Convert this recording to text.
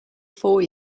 four